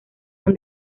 son